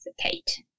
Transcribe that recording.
Kate